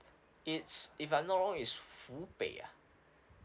it's if I'm not wrong is hubei ah